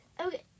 Okay